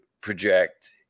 project